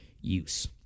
use